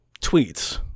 tweets